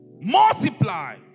Multiply